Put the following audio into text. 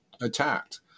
attacked